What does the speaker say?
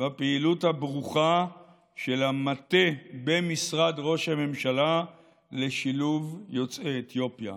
בפעילות הברוכה של המטה במשרד ראש הממשלה לשילוב יוצאי אתיופיה.